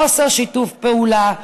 חוסר שיתוף פעולה,